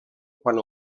quan